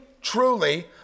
truly